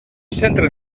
centre